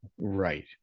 Right